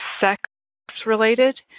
sex-related